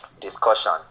discussion